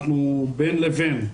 אנחנו בין לבין,